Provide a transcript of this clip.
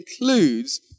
includes